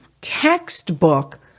textbook